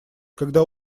когда